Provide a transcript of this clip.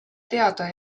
teada